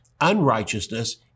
unrighteousness